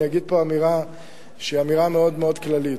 אני אגיד פה אמירה מאוד כללית,